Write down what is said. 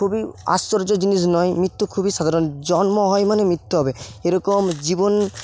খুবই আশ্চর্য জিনিস নয় মৃত্যু খুবই সাধারণ জন্ম হয় মানে মৃত্যু হবে এরকম জীবন